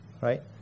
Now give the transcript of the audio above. Right